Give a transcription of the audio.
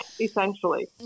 essentially